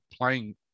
playing